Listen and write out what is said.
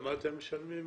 כמה אתם משלמים אגרה?